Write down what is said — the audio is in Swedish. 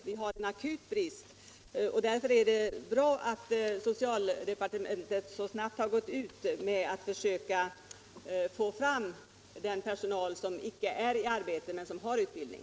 Vi har en akut brist, och därför är det bra att socialdepartementet så snabbt satt in åtgärder för att försöka få fram den personal som icke är i arbete men som har utbildning.